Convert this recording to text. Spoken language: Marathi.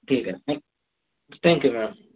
ठीक आहे थँक्यू मॅम